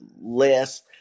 less